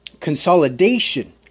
Consolidation